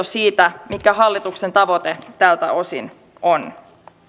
siitä mikä hallituksen tavoite tältä osin on